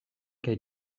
kaj